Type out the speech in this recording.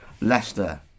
Leicester